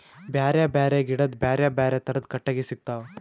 ಬ್ಯಾರೆ ಬ್ಯಾರೆ ಗಿಡದ್ ಬ್ಯಾರೆ ಬ್ಯಾರೆ ಥರದ್ ಕಟ್ಟಗಿ ಸಿಗ್ತವ್